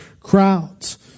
crowds